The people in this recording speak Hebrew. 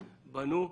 בנו.